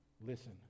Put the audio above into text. Listen